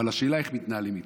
אבל השאלה איך מתנהלים איתם.